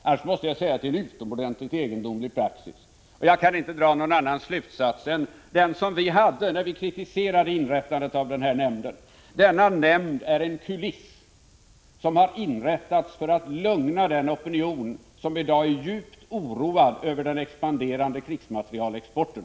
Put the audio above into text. Annars måste jag säga att det är en utomordentligt egendomlig praxis. Jag kan inte dra någon annan slutsats än det vi anförde när vi kritiserade inrättandet av nämnden: Denna nämnd är en kuliss och har inrättats för att lugna den opinion som i dag är djupt oroad över den expanderande krigsmaterielexporten.